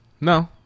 No